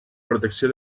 protecció